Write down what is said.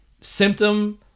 symptom